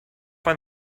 find